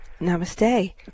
Namaste